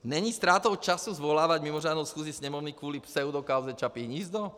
Není ztrátou času svolávat mimořádnou schůzi sněmovny kvůli pseudokauze Čapí hnízdo?